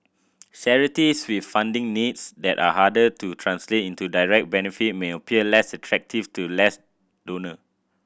charities with funding needs that are harder to translate into direct benefit may appear less attractive to less donor